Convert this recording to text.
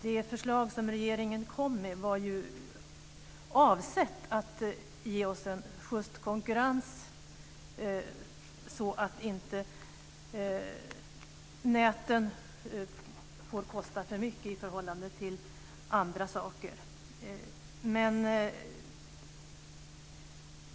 Det förslag som regeringen kom med var ju avsett att ge oss en schyst konkurrens så att inte näten får kosta för mycket i förhållande till andra saker.